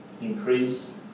increase